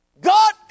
God